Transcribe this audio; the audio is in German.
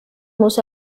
muss